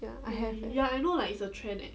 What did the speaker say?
ya I have eh